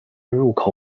入口